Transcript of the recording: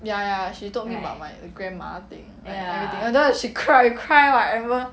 ya ya she told me about my grandma thing like everything until she cry cry whatever